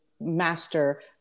master